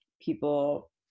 people